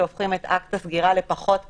שהופכים את אקט הסגירה לפחות קשה.